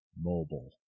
mobile